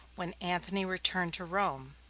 when antony returned to rome.